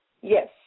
Yes